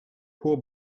poor